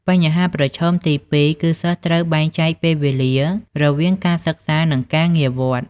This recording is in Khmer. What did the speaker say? បញ្ហាប្រឈមទី២ គឺសិស្សត្រូវបែងចែកពេលវេលារវាងការសិក្សា និងការងារវត្ត។